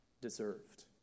deserved